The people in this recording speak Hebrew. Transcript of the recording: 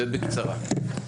ובקצרה.